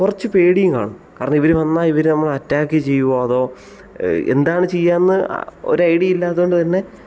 കുറച്ച് പേടിയും കാണും കാരണം ഇവർ വന്നാൽ ഇവർ നമ്മളെ അറ്റാക്ക് ചെയ്യുമോ അതോ എന്താണ് ചെയ്യാന്ന് ഒരു ഐഡിയ ഇല്ലാത്തതു കൊണ്ട് തന്നെ